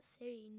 scene